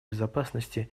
безопасности